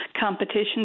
competition